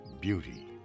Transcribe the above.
beauty